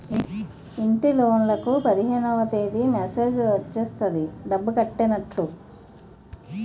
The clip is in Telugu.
ఇంటిలోన్లకు పదిహేనవ తేదీ మెసేజ్ వచ్చేస్తది డబ్బు కట్టైనట్టు